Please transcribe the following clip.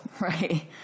Right